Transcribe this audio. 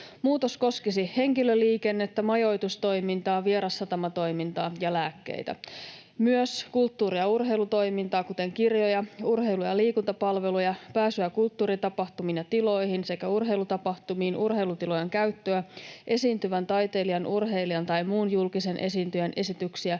Muutos koskisi henkilöliikennettä, majoitustoimintaa, vierassatamatoimintaa ja lääkkeitä, myös kulttuuri- ja urheilutoimintaa, kuten kirjoja, urheilu- ja liikunta-palveluja, pääsyä kulttuuritapahtumiin ja -tiloihin sekä urheilutapahtumiin, urheilutilojen käyttöä, esiintyvän taiteilijan, urheilijan tai muun julkisen esiintyjän esityksiä,